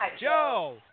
Joe